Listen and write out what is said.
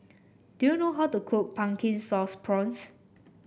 do you know how to cook Pumpkin Sauce Prawns